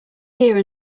here